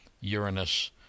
Uranus